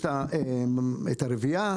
יש את הרביעייה,